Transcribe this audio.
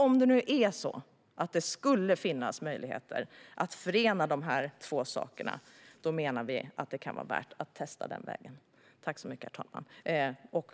Om det nu skulle finnas möjlighet att förena dessa två saker menar vi att det kan vara värt att testa den vägen.